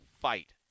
fight